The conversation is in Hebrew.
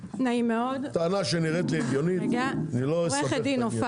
טענה שנראית לי הגיונית, ללא ספק.